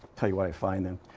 tell you where to find them.